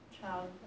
child